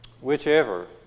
whichever